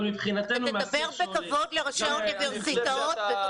תדבר בכבוד לראשי האוניברסיטאות.